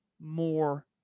more